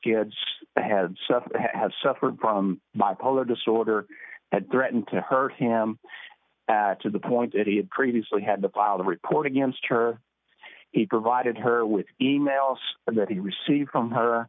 kids had suffered have suffered from bipolar disorder that threatened to hurt him to the point that he had previously had to plow the record against her it provided her with emails that he received from her